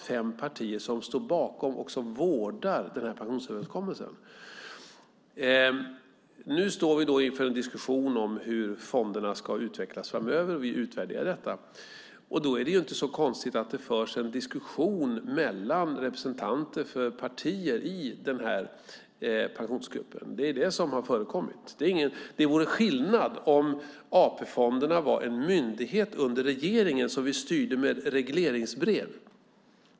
Fem partier står bakom och vårdar pensionsöverenskommelsen. Nu står vi inför en diskussion om hur fonderna ska utvecklas framöver, och vi utvärderar detta. Då är det inte så konstigt att det förs en diskussion mellan representanter för partierna i Pensionsgruppen. Det är det som har förekommit. Det vore skillnad om AP-fonderna var en myndighet under regeringen som vi styrde med regleringsbrev.